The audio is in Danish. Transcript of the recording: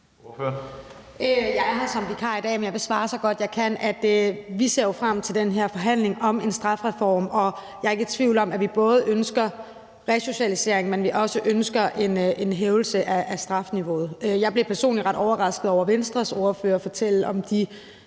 Jeg er her som vikar i dag, men jeg vil svare så godt, jeg kan. Vi ser jo frem til den her forhandling om en strafreform, og jeg er ikke i tvivl om, at vi både ønsker resocialisering, men også ønsker en hævelse af strafniveauet. Jeg blev personligt ret overrasket over at høre Venstres ordfører fortælle om de